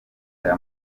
aya